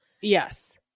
Yes